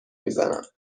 میزنم